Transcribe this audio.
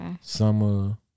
Summer